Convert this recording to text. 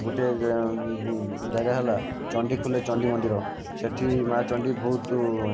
ଗୋଟିଏ ଜାଗା ହେଲା ଚଣ୍ଡିଖୋଲରେ ଚଣ୍ଡୀ ମନ୍ଦିର ସେଠି ମା ଚଣ୍ଡୀ ବହୁତ